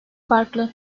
farklı